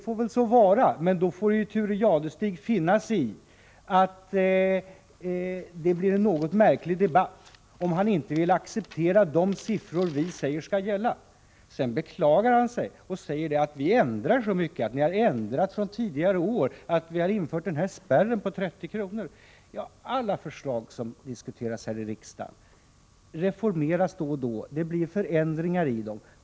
Må så vara, men Thure Jadestig får finna sig i att det blir en något märklig debatt, om han inte vill acceptera de siffror som vi säger skall gälla. Thure Jadestig beklagade sig över att vi ändrade så mycket, att vi ändrade från föregående år och att vi har infört spärren på 30 kr. Alla förslag som diskuteras här i riksdagen reformeras då och då. Det blir förändringar i dem.